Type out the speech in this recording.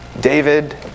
David